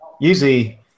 usually